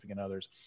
Others